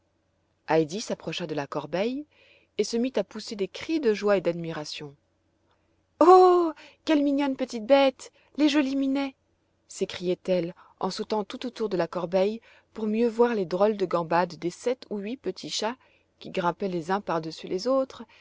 heidi s'approcha de la corbeille et se mit à pousser des cris de joie et d'admiration oh quelles mignonnes petites bêtes les jolis minets s'écriait-elle en sautant tout autour de la corbeille pour mieux voir les drôles de gambades des sept ou huit petits chats qui grimpaient les uns pardessus les autres